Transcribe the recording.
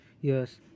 Yes